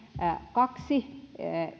kaksi